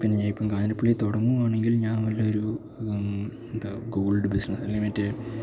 പിന്നെ ഇപ്പോള് കാഞ്ഞിരപ്പള്ളിയില് തുടങ്ങുകയാണെങ്കിൽ ഞാൻ നല്ലൊരു എന്താ ഗോൾഡ് ബിസിനസ്